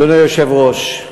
אדוני היושב-ראש,